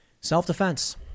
self-defense